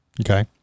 Okay